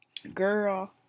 girl